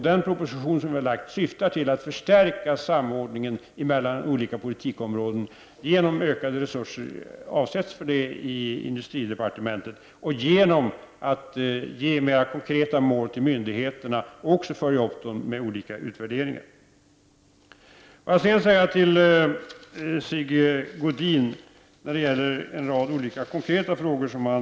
Den proposition som regeringen har lagt fram syftar till att samordningen mellan olika politikområden skall förstärkas genom att ökade resurser avsatts för det inom industridepartementet och genom att myndigheterna får mer konkreta mål och att detta följs upp genom olika utvärderingar. Sigge Godin ställde en rad konkreta frågor till mig.